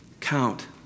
Count